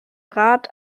rat